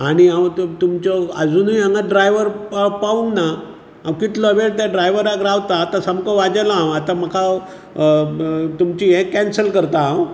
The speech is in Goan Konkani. आनी हांव तुम तुमच्यो आजुनीय हांगा ड्रायवर पाव पावूंक ना हांव कितलो वेळ त्या ड्राइवराक रावतां आतां सामको वाजेलो हांव आतां म्हाका अ तुमची हें कैन्सल करता हांव